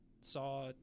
saw